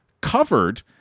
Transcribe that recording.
covered